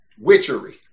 Witchery